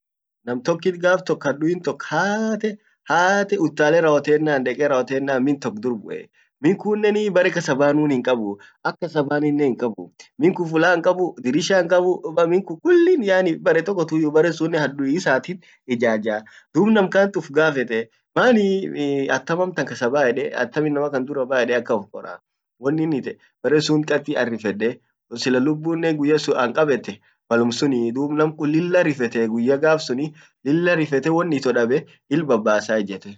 nam tokkit gaaf tok addiun tok haate uttaale raotennan deke raotennan mintok durbuee minkunnen bare kasabanun hinqabuu ak kasaaninnen hinqabuu minkun fulan kabu dirisha hinkabu duub minkan kulli bare tokotuyyuu bare sunnen adui isaatit ijajjaa duub namkant ufgafetee maani akkam amtan kasabaa ede attam amtan innamakandurabaa ede ufgafete wonnin itee bare sun qatti an rifedde wo sila lubbu guyya sun ankabette malum sunii duub namkun lilla rifetee guyya gaaf sunii lilla rifete won ito dabe il babbasa ijjete